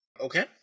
Okay